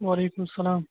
وعلیکُم اسلام